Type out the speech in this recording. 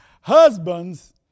Husbands